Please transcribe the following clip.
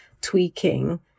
tweaking